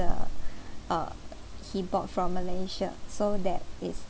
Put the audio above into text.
the uh he bought from malaysia so that is